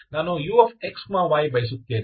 ನಾನು uxy ಬಯಸುತ್ತೇನೆ